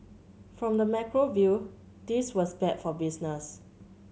from the macro view this was bad for business